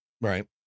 Right